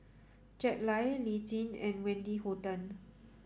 Jack Lai Lee Tjin and Wendy Hutton